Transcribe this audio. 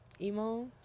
emo